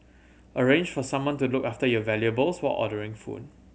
arrange for someone to look after your valuables while ordering food